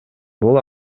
бул